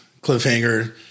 cliffhanger